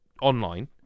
online